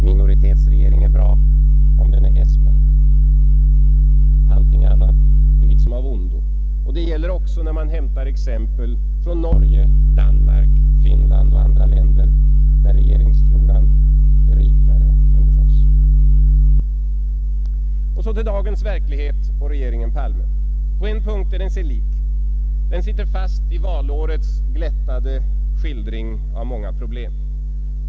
Minoritetsregering är bra, om den är s-märkt. Allting annat är liksom av ondo, och det gäller också när man hämtar exempel från Norge, Danmark, Finland och andra länder, där regeringsfloran är rikare än hos oss. Så till dagens verklighet och regeringen Palme. På en punkt är den sig lik. Den sitter fast i valårets glättade skildring av många problem.